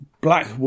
black